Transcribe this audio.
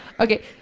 Okay